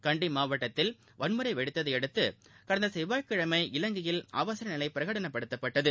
கண்டி மாவட்டத்தில் வன்முறை வெடித்ததையடுத்து கடந்த செவ்வாய்க்கிழம் இலங்கையில் அவசரநிலை பிரகடனப்படுத்தப்பட்டது